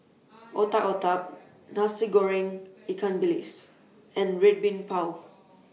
Otak Otak Nasi Goreng Ikan Bilis and Red Bean Bao